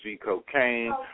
Cocaine